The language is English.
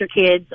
kids